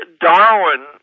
Darwin